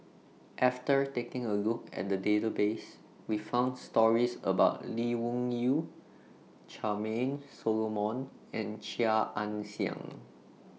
after taking A Look At The Database We found stories about Lee Wung Yew Charmaine Solomon and Chia Ann Siang